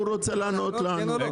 הוא רוצה לענות לנו.